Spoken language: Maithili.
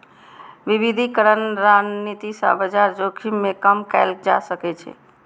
विविधीकरण रणनीति सं बाजार जोखिम कें कम कैल जा सकै छै